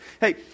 hey